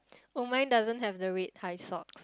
oh mine doesn't have the red high sock